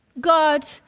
God